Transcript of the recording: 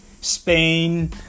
Spain